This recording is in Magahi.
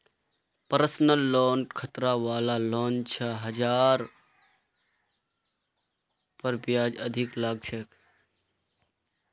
पर्सनल लोन खतरा वला लोन छ जहार पर ब्याज अधिक लग छेक